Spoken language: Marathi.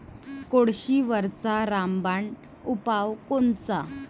कोळशीवरचा रामबान उपाव कोनचा?